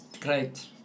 Great